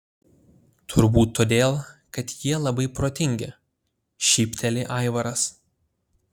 turbūt todėl kad jie labai protingi šypteli aivaras